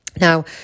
Now